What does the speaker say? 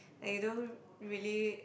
like you don't really